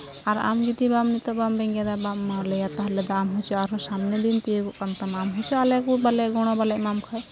ᱟᱨ ᱟᱢ ᱡᱚᱫᱤ ᱱᱤᱛᱚᱜ ᱵᱟᱢ ᱵᱮᱸᱜᱮᱫᱟ ᱵᱟᱢ ᱮᱢᱟ ᱟᱞᱮᱭᱟ ᱛᱟᱦᱚᱞᱮ ᱫᱚ ᱟᱢ ᱦᱚᱪᱚ ᱥᱟᱢᱱᱮ ᱫᱤᱱ ᱛᱤᱭᱳᱜᱚᱜ ᱠᱟᱱ ᱛᱟᱢᱟ ᱟᱢ ᱦᱚᱪᱚ ᱟᱞᱮ ᱜᱮ ᱵᱟᱞᱮ ᱜᱚᱲᱚ ᱵᱟᱞᱮ ᱮᱢᱟᱢ ᱠᱷᱟᱡ